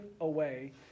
away